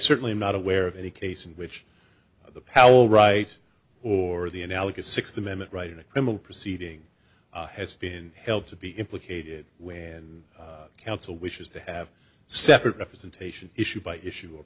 certainly am not aware of any case in which the power right or the analogous sixth amendment right in a criminal proceeding has been held to be implicated when counsel wishes to have separate representation issue by issue